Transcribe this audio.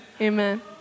Amen